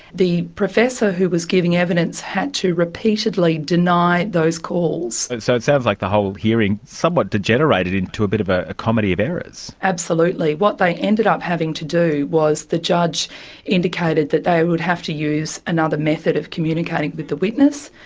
the professor who was giving evidence had to repeatedly deny those calls. so it sounds like the whole hearing somewhat degenerated into a bit of ah a comedy of errors. absolutely. what they ended up having to do was the judge indicated that they would have to use another method of communicating with the witness.